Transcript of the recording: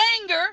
anger